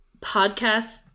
podcast